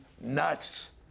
nuts